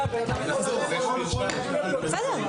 בסדר,